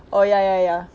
oh ya ya ya